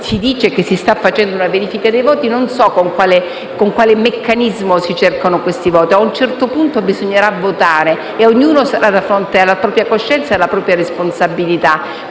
si dice che si sta facendo una verifica dei voti, non so con quale meccanismo si cercano. A un certo punto bisognerà votare e ognuno sarà di fronte alla propria coscienza e alla propria responsabilità.